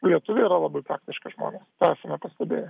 lietuviai yra labai praktiški žmonės tą esame pastebėję